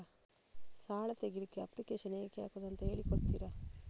ಸಾಲ ತೆಗಿಲಿಕ್ಕೆ ಅಪ್ಲಿಕೇಶನ್ ಹೇಗೆ ಹಾಕುದು ಅಂತ ಹೇಳಿಕೊಡ್ತೀರಾ?